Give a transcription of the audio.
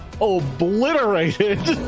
obliterated